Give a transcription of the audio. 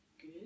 good